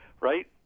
right